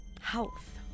Health